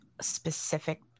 specific